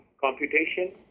computation